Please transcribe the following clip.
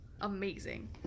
Amazing